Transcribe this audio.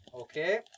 Okay